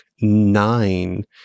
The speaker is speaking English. Nine